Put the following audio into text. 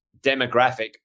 demographic